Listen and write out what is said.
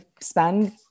spend